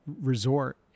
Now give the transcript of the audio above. Resort